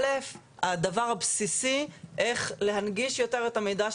הדבר הבסיסי איך להנגיש יותר את המידע,